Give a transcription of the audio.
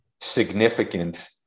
significant